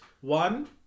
One